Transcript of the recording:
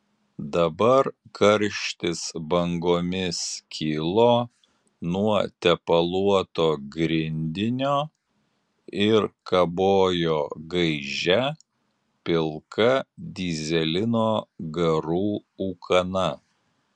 dabar karštis bangomis kilo nuo tepaluoto grindinio ir kabojo gaižia pilka dyzelino garų ūkana